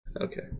Okay